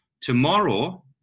tomorrow